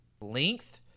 Length